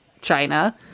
China